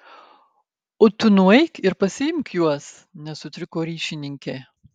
o tu nueik ir pasiimk juos nesutriko ryšininkė